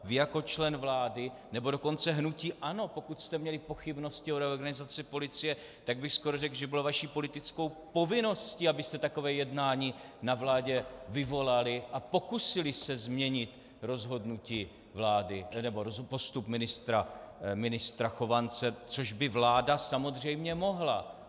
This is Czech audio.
Vy jako člen vlády, nebo dokonce hnutí ANO, pokud jste měli pochybnosti o reorganizaci policie, tak bych skoro řekl, že bylo vaší politickou povinností, abyste takové jednání na vládě vyvolali a pokusili se změnit postup ministra Chovance, což by vláda samozřejmě mohla.